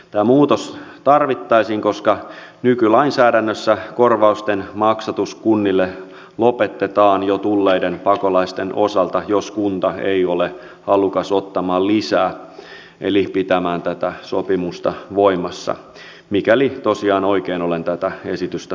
tämä muutos tarvittaisiin koska nykylainsäädännössä korvausten maksatus kunnille lopetetaan jo tulleiden pakolaisten osalta jos kunta ei ole halukas ottamaan lisää eli pitämään tätä sopimusta voimassa mikäli tosiaan oikein olen tätä esitystä tulkinnut